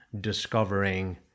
discovering